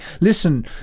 listen